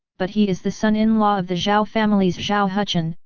but he is the son-in-law of the zhao family's zhao hucheng,